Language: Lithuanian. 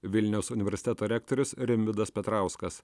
vilniaus universiteto rektorius rimvydas petrauskas